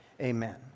Amen